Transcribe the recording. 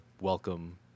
welcome